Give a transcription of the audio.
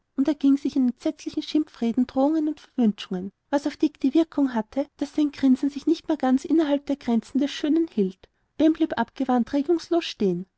und erging sich in entsetzlichen schimpfreden drohungen und verwünschungen was auf dick die wirkung hatte daß sein grinsen sich nicht mehr ganz innerhalb der grenzen des schönen hielt ben blieb abgewandt regungslos stehen